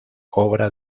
obra